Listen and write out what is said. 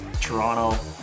Toronto